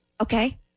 Okay